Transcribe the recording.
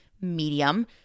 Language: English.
medium